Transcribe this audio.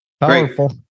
Powerful